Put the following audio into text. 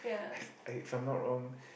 I if I'm not wrong